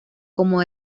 como